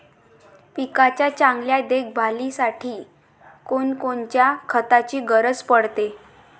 पिकाच्या चांगल्या देखभालीसाठी कोनकोनच्या खताची गरज पडते?